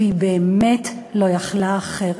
והיא באמת לא יכלה אחרת.